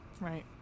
Right